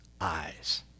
eyes